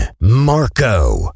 Marco